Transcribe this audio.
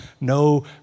no